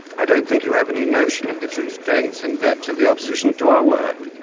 i don't think you have any notion of the true strengths and depths of the opposition to our work.